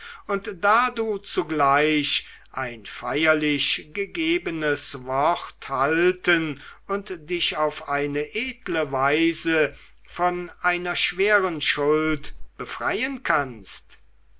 und da du zugleich ein feierlich gegebenes wort halten und dich auf eine edle weise von einer schweren schuld befreien kannst